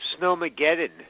Snowmageddon